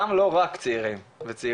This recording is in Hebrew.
גם לא רק צעירים וצעירות,